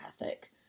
ethic